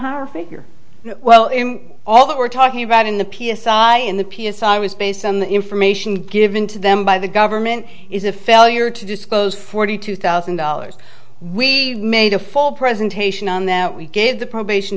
higher figure well in all that we're talking about in the p s i i in the p s i was based on the information given to them by the government is a failure to disclose forty two thousand dollars we made a full presentation on that we gave the probation